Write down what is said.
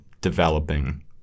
developing